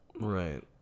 Right